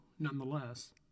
nonetheless